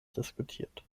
diskutiert